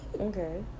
Okay